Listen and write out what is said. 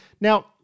Now